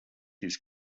his